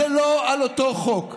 זה לא על אותו חוק.